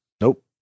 Nope